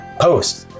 post